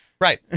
Right